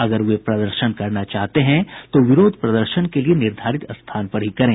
अगर वे प्रदर्शन करना चाहते हैं तो विरोध प्रदर्शन के लिए निर्धारित स्थान पर ही करें